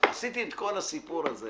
עשיתי את הסיפור הזה